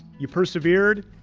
you persevered,